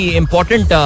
important